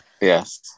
yes